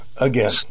Again